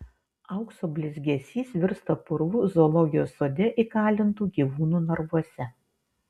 aukso blizgesys virsta purvu zoologijos sode įkalintų gyvūnų narvuose